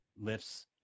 lifts